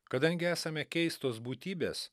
kadangi esame keistos būtybės